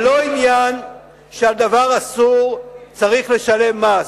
זה לא עניין שעל דבר אסור צריך לשלם מס.